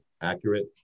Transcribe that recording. accurate